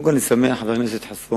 קודם כול, אני שמח, חבר הכנסת חסון,